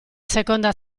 seconda